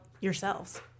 yourselves